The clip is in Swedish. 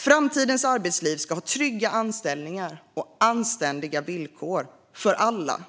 Framtidens arbetsliv ska innebära trygga anställningar och anständiga villkor för alla.